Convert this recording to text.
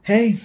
Hey